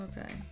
Okay